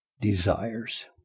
desires